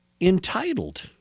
entitled